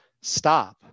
stop